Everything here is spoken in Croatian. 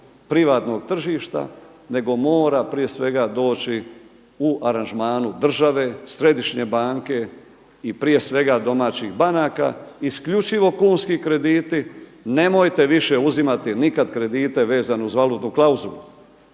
privatnog tržišta, nego mora prije svega doći u aranžmanu države, Središnje banke i prije svega domaćih banaka, isključivo kunski krediti. Nemojte više uzimati nikad kredite vezene uz valutnu klauzulu.